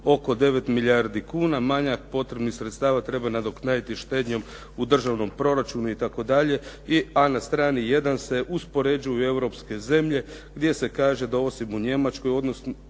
oko 9 milijardi kuna, manjak potrebnih sredstava treba nadoknaditi štednjom u državnom proračunu" itd.. A na strani jedan se uspoređuju Europske zemlje gdje se kaže da osim u Njemačkoj između